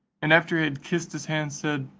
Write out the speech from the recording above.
and after he had kissed his hand, said,